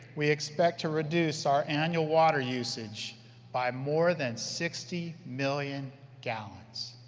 we expect to reduce our annual water usage by more than sixty million gallons.